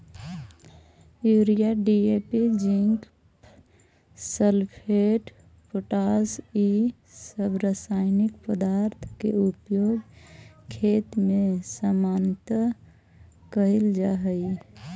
urea, DAP, zinc sulphate, potash इ सब रसायनिक पदार्थ के उपयोग खेत में सामान्यतः कईल जा हई